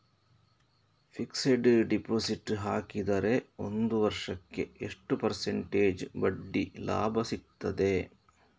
Fixed deposit ಹಾಕಿದರೆ ಒಂದು ವರ್ಷಕ್ಕೆ ಎಷ್ಟು ಪರ್ಸೆಂಟೇಜ್ ಬಡ್ಡಿ ಲಾಭ ಸಿಕ್ತದೆ?